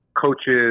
coaches